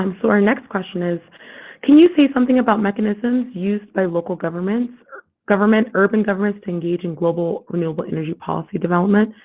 um so, our next question is can you say something about mechanisms used by local governments governments urban governments engaged in global renewable energy policy development?